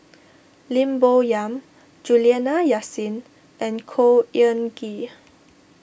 Lim Bo Yam Juliana Yasin and Khor Ean Ghee